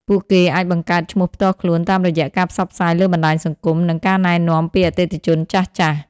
ពួកគេអាចបង្កើតឈ្មោះផ្ទាល់ខ្លួន តាមរយៈការផ្សព្វផ្សាយលើបណ្តាញសង្គម និងការណែនាំពីអតិថិជនចាស់ៗ។